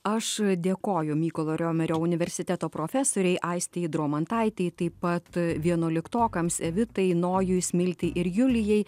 aš dėkoju mykolo riomerio universiteto profesorei aistei dromantaitei taip pat vienuoliktokams evitai nojui smiltei ir julijai